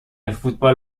فوتبال